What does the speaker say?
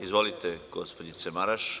Izvolite gospođice Marjana Maraš.